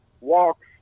walks